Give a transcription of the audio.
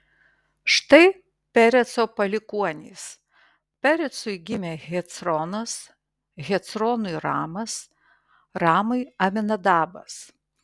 štai pereco palikuonys perecui gimė hecronas hecronui ramas ramui aminadabas